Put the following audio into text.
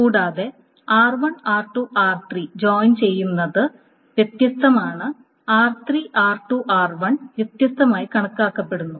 കൂടാതെ എന്നത് വ്യത്യസ്തമാണ് വ്യത്യസ്തമായി കണക്കാക്കപ്പെടുന്നു